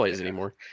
anymore